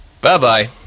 Bye-bye